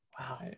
Wow